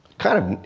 kind of,